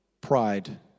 Pride